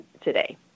today